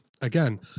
again